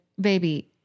baby